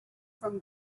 from